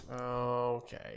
Okay